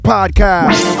Podcast